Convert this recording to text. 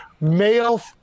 male